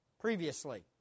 previously